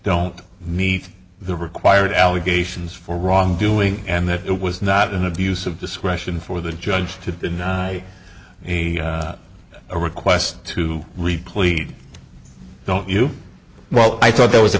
don't meet the required allegations for wrongdoing and that it was not an abuse of discretion for the judge to deny he a request to read plead don't you well i thought there was